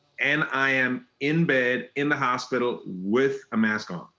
and i am in bed, in the hospital, with a mask on.